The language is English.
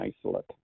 isolate